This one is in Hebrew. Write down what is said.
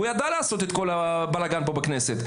הוא ידע לעשות את כל הבלגאן פה בכנסת,